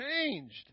changed